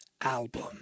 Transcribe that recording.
Album